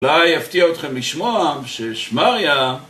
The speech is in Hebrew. לא היה מפתיע אתכם לשמוע ששמריה